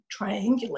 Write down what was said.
triangulate